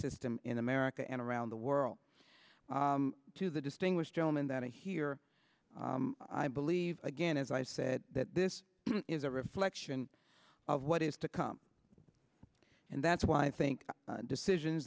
system in america and around the world to the distinguished gentleman that are here i believe again as i said that this is a reflection of what is to come and that's why i think decisions